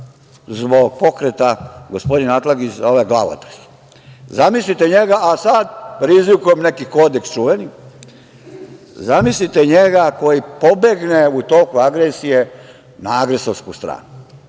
zbog pokreta, gospodin Atlagić zove glavatas, zamislite njega, a sad priziva neki kodeks čuveni, zamislite njega koji pobegne u toku agresije na agresorsku stranu.